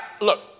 look